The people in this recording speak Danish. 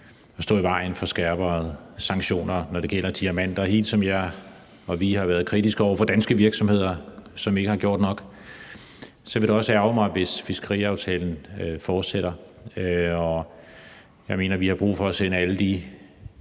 at stå i vejen for skrappere sanktioner, når det gælder diamanter, og helt som jeg og vi har været kritiske over for danske virksomheder, som ikke har gjort nok, så vil det også ærgre mig, hvis fiskeriaftalen fortsætter. Jeg mener, vi har brug for at sende alle de